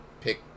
pick